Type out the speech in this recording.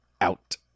Out